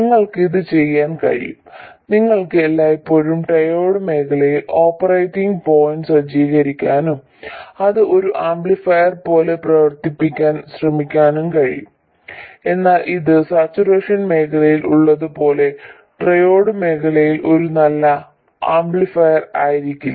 നിങ്ങൾക്ക് ഇത് ചെയ്യാൻ കഴിയും നിങ്ങൾക്ക് എല്ലായ്പ്പോഴും ട്രയോഡ് മേഖലയിൽ ഓപ്പറേറ്റിംഗ് പോയിന്റ് സജ്ജീകരിക്കാനും അത് ഒരു ആംപ്ലിഫയർ പോലെ പ്രവർത്തിക്കാൻ ശ്രമിക്കാനും കഴിയും എന്നാൽ ഇത് സാച്ചുറേഷൻ മേഖലയിൽ ഉള്ളത് പോലെ ട്രയോഡ് മേഖലയിൽ നല്ല ഒരു ആംപ്ലിഫയർ ആയിരിക്കില്ല